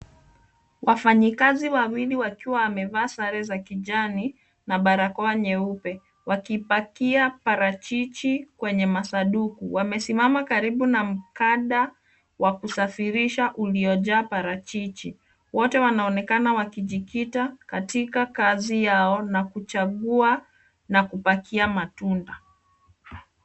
Wafanyikazi wawili wakiwa wavaa sare za kijani na barakoa nyeupe wakipakia parachichi kwenye masanduku. Wamesimama karibu na mkanda wa kusafirisha uliojaa parachichi. Wote wanaonekana wakijikita katika kazi yao na kuchagua na kupakia matunda.